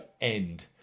end